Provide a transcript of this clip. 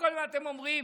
אז קודם אתם אומרים